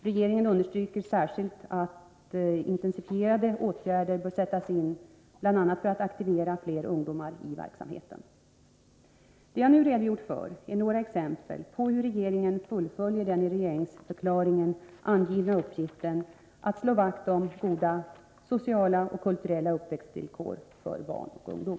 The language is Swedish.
Regeringen understryker särskilt att intensifierade åtgärder bör sättas in, bl.a. för att aktivera fler ungdomar i verksamheten. Det jag nu redogjort för är några exempel på hur regeringen fullföljer den i regeringsförklaringen angivna uppgiften att slå vakt om goda, sociala och kulturella uppväxtvillkor för barn och ungdom.